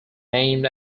named